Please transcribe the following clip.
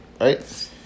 Right